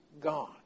God